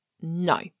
No